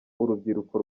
urubyiruko